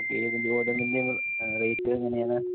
okay ഇതിന്റെ ഓരോന്നിൻ്റെയും rate എങ്ങനെയാണ്